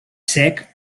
sec